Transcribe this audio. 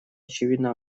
очевидно